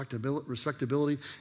respectability